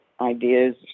ideas